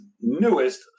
newest